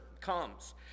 comes